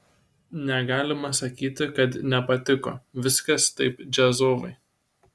negalima sakyti kad nepatiko viskas taip džiazovai